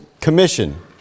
commission